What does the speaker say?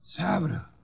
Sabro